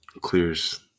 clears